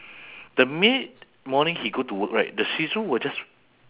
the minute morning he go to work right the shih tzu will just